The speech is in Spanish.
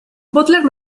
butler